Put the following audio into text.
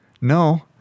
No